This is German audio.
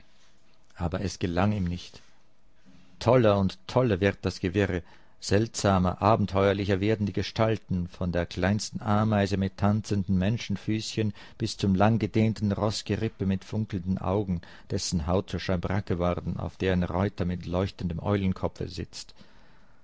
aber es gelang ihm nicht toller und toller wird das gewirre seltsamer abenteuerlicher werden die gestalten von der kleinsten ameise mit tanzenden menschenfüßchen bis zum langgedehnten roßgerippe mit funkelnden augen dessen haut zur schabracke worden auf der ein reuter mit leuchtendem eulenkopfe sitzt